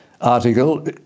article